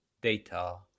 data